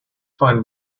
find